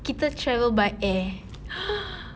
kita travel by air